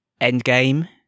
Endgame